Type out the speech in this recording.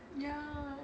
ya